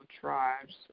tribes